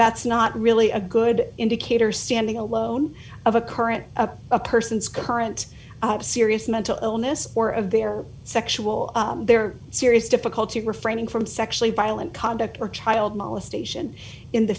that's not really a good indicator standing alone of a current of a person's current serious mental illness or of their sexual their serious difficulty refraining from sexually violent conduct or child molestation in the